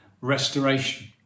restoration